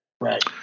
Right